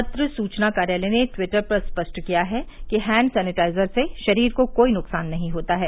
पत्र सूचना कार्यालय ने ट्वीटर पर स्पष्ट किया है कि हैंड सैनिटाइजर से शरीर को कोई नुकसान नहीं होता है